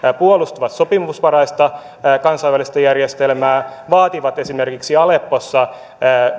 puolustavat sopimusvaraista kansainvälistä järjestelmää ja vaativat esimerkiksi aleppossa